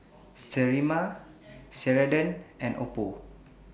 Sterimar Ceradan and Oppo